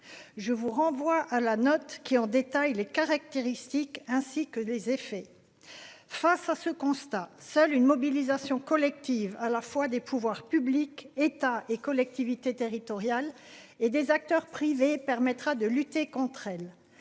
Je vous renvoie à la note qui en détaille les caractéristiques ainsi que des effets. Face à ce constat, seule une mobilisation collective, à la fois des pouvoirs publics, État et collectivités territoriales. Et des acteurs privés permettra de lutter contre elle.